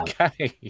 Okay